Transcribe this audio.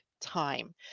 time